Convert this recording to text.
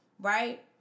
right